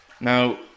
Now